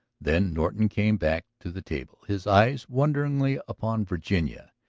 then norton came back to the table, his eyes wonderingly upon virginia.